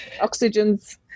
oxygen's